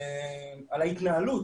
תזכיר לי,